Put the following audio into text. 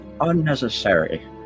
unnecessary